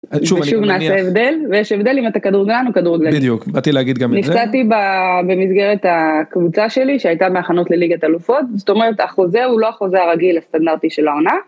שוב נעשה הבדל ויש הבדל אם אתה כדורגלן או כדורגלנית בדיוק באתי להגיד גם את זה, נפצעתי במסגרת הקבוצה שלי שהייתה מהכנות לליגת אלופות זאת אומרת החוזה הוא לא החוזה הרגיל הסטנדרטי של העונה.